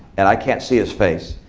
and i can't see his face.